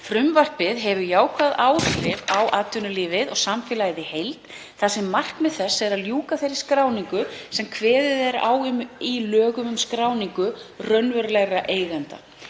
Frumvarpið hefur jákvæð áhrif á atvinnulífið og samfélagið í heild þar sem markmið þess er að ljúka þeirri skráningu sem kveðið er á um í lögum um skráningu raunverulegra eigenda,